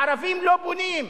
לערבים לא בונים.